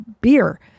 beer